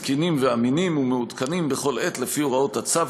תקינים ואמינים ומעודכנים בכל עת לפי הוראות הצו,